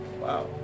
Wow